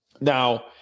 Now